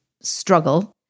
struggle